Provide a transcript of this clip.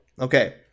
Okay